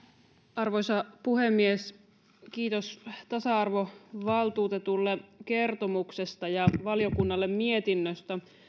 arvoisa puhemies kiitos tasa arvovaltuutetulle kertomuksesta ja valiokunnalle mietinnöstä